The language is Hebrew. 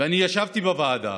אני ישבתי בוועדה,